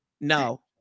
No